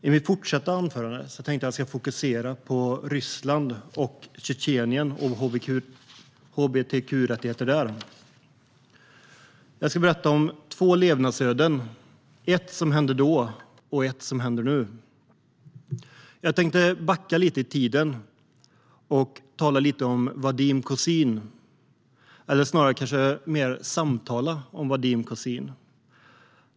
I mitt fortsatta anförande ska jag fokusera på hbtq-rättigheter i Ryssland och Tjetjenien. Jag ska berätta om två levnadsöden, ett från dåtid och ett från nutid. Låt mig backa lite i tiden och berätta om Vadim Kozin.